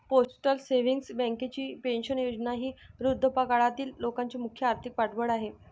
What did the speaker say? postal savings बँकेची pension योजना ही वृद्धापकाळातील लोकांचे मुख्य आर्थिक पाठबळ आहे